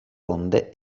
onde